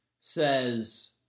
says